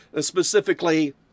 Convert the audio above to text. specifically